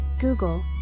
Google